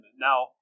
Now